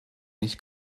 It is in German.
nicht